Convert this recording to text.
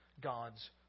God's